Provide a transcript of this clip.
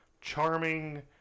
charming